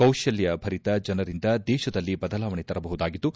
ಕೌಶಲ್ಯಭರಿತ ಜನರಿಂದ ದೇಶದಲ್ಲಿ ಬದಲಾವಣೆ ತರಬಹುದಾಗಿದ್ದು